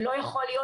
זה לא יכול להיות,